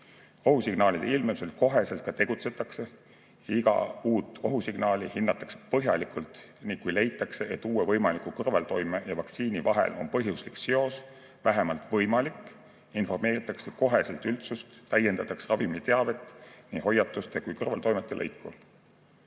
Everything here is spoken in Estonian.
Ohusignaalide ilmnemisel tegutsetakse kohe. Iga uut ohusignaali hinnatakse põhjalikult ning kui leitakse, et uue võimaliku kõrvaltoime ja vaktsiini vahel on põhjuslik seos vähemalt võimalik, informeeritakse kohe üldsust ja täiendatakse ravimiteabe hoiatuste ja kõrvaltoimete lõiku.